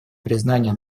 признание